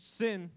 sin